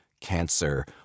cancer